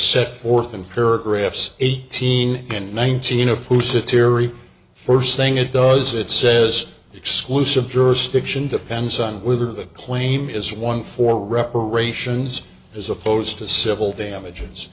set forth in paragraphs eighteen and nineteen of who sit erie first thing it does it says exclusive jurisdiction depends on whether the claim is one for reparations as opposed to civil damages